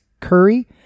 Curry